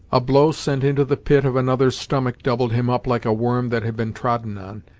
a blow sent into the pit of another's stomach doubled him up like a worm that had been trodden on,